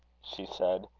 she said.